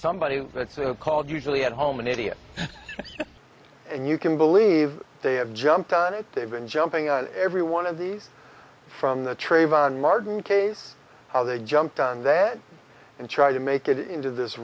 somebody called usually at home an idiot and you can believe they have jumped on it they've been jumping on every one of these from the trayvon martin case how they jumped on that and tried to make it into this